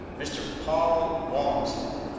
mr. paul walmsley,